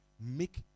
make